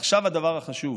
ועכשיו הדבר החשוב: